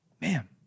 Man